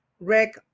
Rick